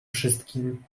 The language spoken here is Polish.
wszystkim